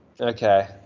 Okay